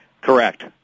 Correct